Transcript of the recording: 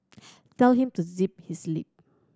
tell him to zip his lip